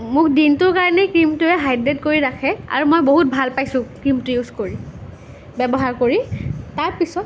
মোক দিনটোৰ কাৰণে ক্ৰীমটোৱে হাইড্ৰেট কৰি ৰাখে আৰু মই বহুত ভাল পাইছোঁ ক্ৰীমটো ইউজ কৰি ব্য়ৱহাৰ কৰি তাৰপিছত